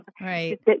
Right